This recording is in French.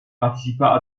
participa